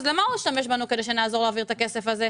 אז למה הוא השתמש בנו כדי שנעזור להעביר את הכסף שלנו?